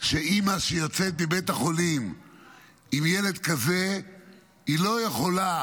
שאימא שיוצאת מבית החולים עם ילד כזה היא לא יכולה